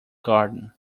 garden